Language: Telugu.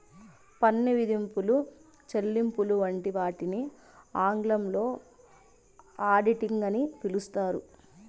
పన్ను విధింపులు, చెల్లింపులు వంటి వాటిని ఆంగ్లంలో ఆడిటింగ్ అని పిలుత్తారు